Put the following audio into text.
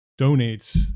donates